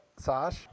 Sash